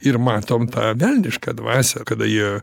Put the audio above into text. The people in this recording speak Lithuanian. ir matom tą velnišką dvasią kada jie